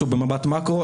שוב במבט מקרו,